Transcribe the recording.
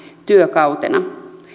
työkautena